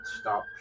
stop